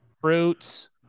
fruits